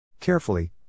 Carefully